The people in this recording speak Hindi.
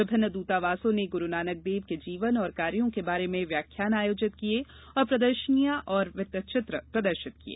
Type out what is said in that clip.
विभिन्न द्वतावासों ने गुरू नानक देव के जीवन और कार्यो के बारे में व्याख्यान आयोजित किए और प्रर्दशनियां तथा वृत्तचित्र प्रदर्शित किए